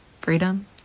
freedom